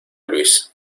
luís